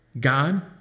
God